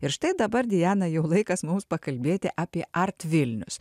ir štai dabar diana jau laikas mums pakalbėti apie art vilnius